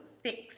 fix